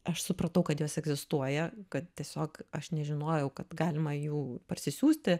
aš supratau kad jos egzistuoja kad tiesiog aš nežinojau kad galima jų parsisiųsti